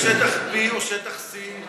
אם שטח B או שטח C?